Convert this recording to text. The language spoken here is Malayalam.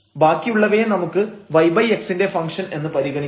ബാക്കിയുള്ളവയെ നമുക്ക് yx ന്റെ ഫംഗ്ഷൻഎന്ന് പരിഗണിക്കാം